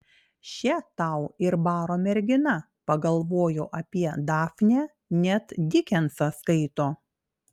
še tau ir baro mergina pagalvojo apie dafnę net dikensą skaito